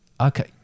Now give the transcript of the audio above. okay